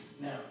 Now